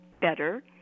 better